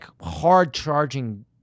hard-charging